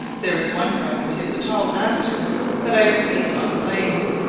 there is one variety of the tall asters that i have seen on the plains,